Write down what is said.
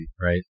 Right